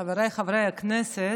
חבריי חברי הכנסת,